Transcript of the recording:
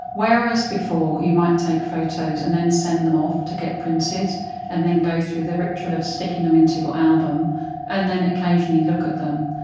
whereas before you might take photos and send them off to get printed and then go through the ritual of sticking them into your album and then occasionally look at them,